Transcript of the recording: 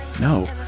No